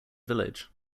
village